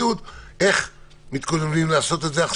רק אם אין להם היכן להתבודד.